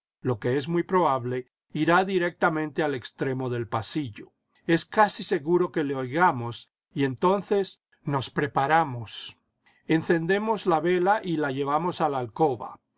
lo que es muy probable irá directamente al extremo del pasillo es casi seguro que le oigamos y entonces nos preparamos encendemos la vela y la llevamos a la alcoba